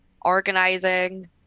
organizing